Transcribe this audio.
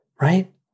right